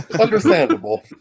Understandable